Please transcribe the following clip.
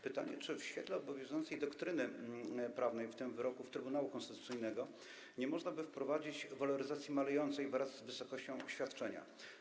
Pytanie, czy w świetle obowiązującej doktryny prawnej, w tym wyroków Trybunału Konstytucyjnego, nie można by wprowadzić waloryzacji malejącej wraz z wysokością świadczenia.